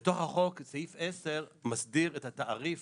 בתוך החוק סעיף 10 מסדיר את התעריף